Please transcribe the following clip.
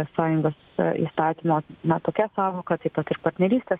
sąjungos įstatymo na tokia sąvoka taip pat ir partnerystės